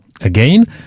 Again